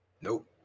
Nope